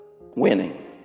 winning